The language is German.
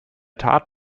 tat